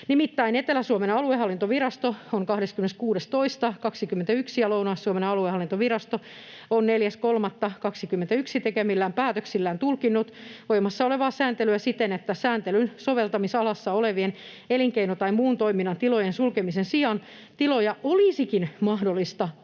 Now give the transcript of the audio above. Nimittäin Etelä-Suomen aluehallintovirasto on 26.2.2021 ja Lounais-Suomen aluehallintovirasto on 4.3.2021 tekemillään päätöksillä tulkinnut voimassa olevaa sääntelyä siten, että sääntelyn soveltamisalassa olevien elinkeino- tai muun toiminnan tilojen sulkemisen sijaan tiloja olisikin mahdollista